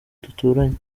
duturanye